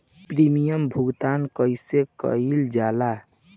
Premium भुगतान कइसे कइल जाला?